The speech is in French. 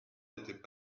n’étaient